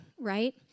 right